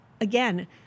again